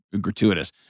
gratuitous